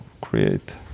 create